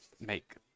make